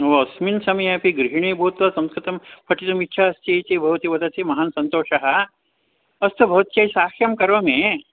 ओ अस्मिन् समये अपि गृहिणी भूत्वा संस्कृतं पठितुम् इच्छा अस्ति इति भवती वदति महान् सन्तोषः अस्तु भवत्यै सहाय्यं करोमि